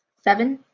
seven.